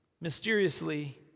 mysteriously